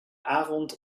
avond